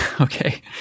Okay